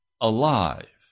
alive